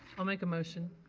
i'll make a motion.